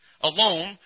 alone